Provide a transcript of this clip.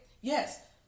yes